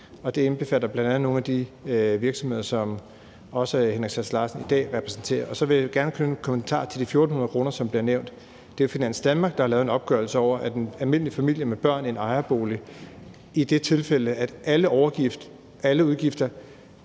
det indbefatter bl.a. nogle af de virksomheder, som også hr. Henrik Sass Larsen i dag repræsenterer. Så vil jeg gerne knytte en kommentar til de 1.400 kr., som bliver nævnt. Det er jo Finans Danmark, der har lavet en opgørelse, der viser, at en almindelig familie med børn i en ejerbolig, i det tilfælde, at alle udgifter